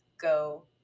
go